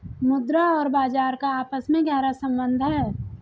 मुद्रा और बाजार का आपस में गहरा सम्बन्ध है